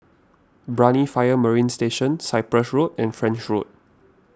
Brani Marine Fire Station Cyprus Road and French Road